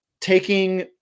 taking